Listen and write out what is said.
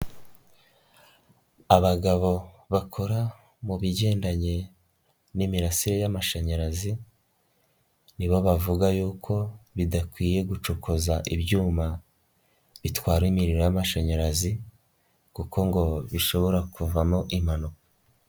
Abagabo bakora mu bigendanye n'imirasire y'amashanyarazi, nibo bavuga yuko bidakwiye gucukoza ibyuma bitwara imiriro y'amashanyarazi, kuko ngo bishobora kuvamo impanuka.